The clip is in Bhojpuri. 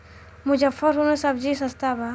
मुजफ्फरपुर में सबजी सस्ता बा